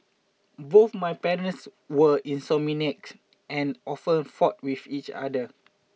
both my parents were insomniacs and often fought with each other